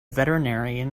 veterinarian